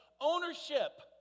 Ownership